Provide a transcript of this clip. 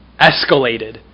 escalated